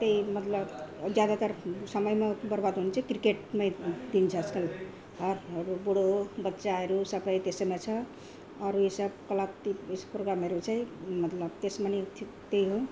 त्यही मतलब ज्यादातर समयमा बर्बाद हुन्छ क्रिकेटमै दिन्छ आजकल हरहरू बुढो बच्चाहरू सबै त्यसैमा छ अरू यी सब क्लब ती उयेस प्रोग्रामहरू चाहिँ मतलब त्यसमा नै त्यही हो